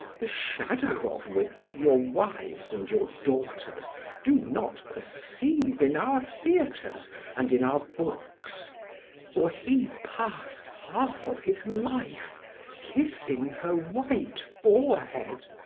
the shadow of which your wives and your daughters do not perceive in our theaters and in our books for he passed half of his life kissing her white forehead,